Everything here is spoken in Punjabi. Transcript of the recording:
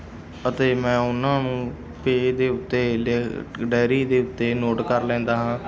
ਅਤੇ ਮੈਂ ਉਹਨਾਂ ਨੂੰ ਪੇਜ ਦੇ ਉੱਤੇ ਲਿ ਡਾਇਰੀ ਦੇ ਉੱਤੇ ਨੋਟ ਕਰ ਲੈਂਦਾ ਹਾਂ